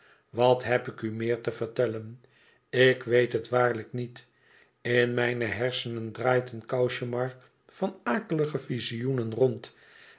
wat heb ik u meer te vertellen ik weet het waarlijk niet in mijn hersenen draait een cauchemar van akelige vizioenen rond